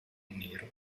nero